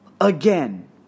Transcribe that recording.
again